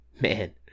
Man